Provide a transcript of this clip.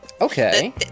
Okay